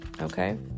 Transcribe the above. okay